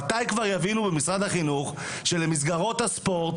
מתי כבר יבינו במשרד החינוך שלמסגרות הספורט